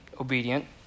obedient